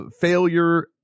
failure